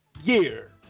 year